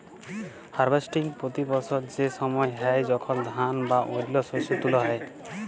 harvesting পতি বসর সে সময় হ্যয় যখল ধাল বা অল্য শস্য তুলা হ্যয়